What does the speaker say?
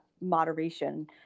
moderation